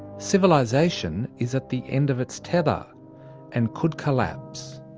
civilisation is at the end of its tether and could collapse.